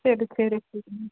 சரி சரி சரி மேம்